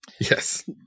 Yes